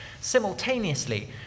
Simultaneously